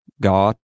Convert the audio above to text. God